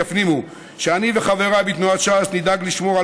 יפנימו שאני וחבריי בתנועת ש"ס נדאג לשמור על